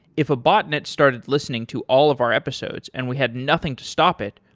if a botnet started listening to all of our episodes and we had nothing to stop it,